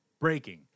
Breaking